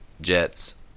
Jets